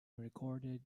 recorded